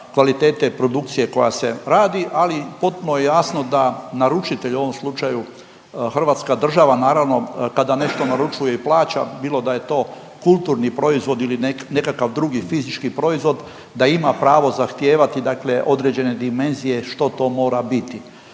kvalitete produkcije koja se radi ali potpuno je jasno da naručitelj u slučaju Hrvatska država naravno kada nešto naručuje i plaća bilo da je to kulturni proizvod ili nekakav drugi fizički proizvod, da ima pravo zahtijevati dakle određene dimenzije što to mora biti.